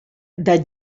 that